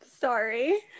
Sorry